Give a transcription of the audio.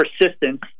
persistence